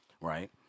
right